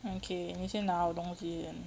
okay 你先拿我东西先